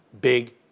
big